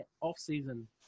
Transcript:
Off-Season